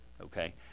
okay